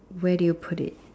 where did you put it